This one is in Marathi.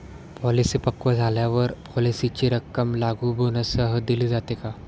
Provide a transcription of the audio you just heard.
पॉलिसी पक्व झाल्यावर पॉलिसीची रक्कम लागू बोनससह दिली जाते का?